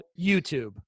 YouTube